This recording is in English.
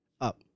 up